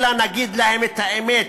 אלא נגיד להם את האמת,